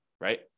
right